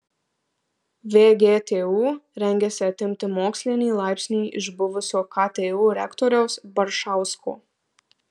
vgtu rengiasi atimti mokslinį laipsnį iš buvusio ktu rektoriaus baršausko